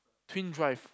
twin drive